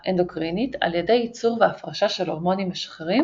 על ידי ייצור והפרשה של הורמונים משחררים